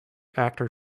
actor